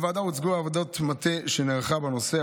לוועדה הוצגה עבודת המטה שנערכה בנושא,